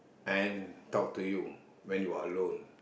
and talk to you when you are alone